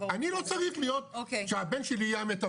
אני לא צריך להיות שהבן שלי יהיה המתווך.